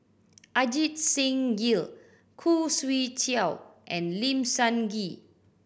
Ajit Singh Gill Khoo Swee Chiow and Lim Sun Gee